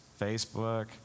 Facebook